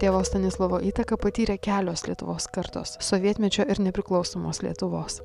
tėvo stanislovo įtaką patyrė kelios lietuvos kartos sovietmečio ir nepriklausomos lietuvos